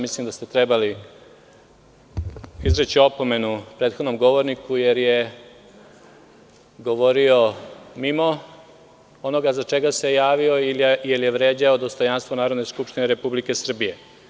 Mislim da ste trebali izreći opomenu prethodnom govorniku, jer je govorio mimo onoga zbog čega se javio ili je vređao dostojanstvo Narodne skupštine Republike Srbije.